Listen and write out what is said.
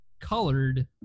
colored